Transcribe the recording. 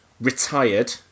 retired